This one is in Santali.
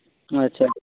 ᱟᱪᱪᱷᱟ